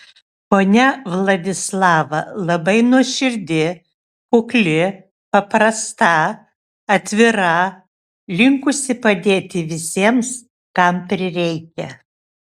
ponia vladislava labai nuoširdi kukli paprasta atvira linkusi padėti visiems kam prireikia